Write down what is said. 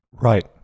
right